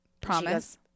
Promise